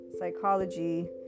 Psychology